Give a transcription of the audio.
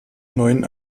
neuen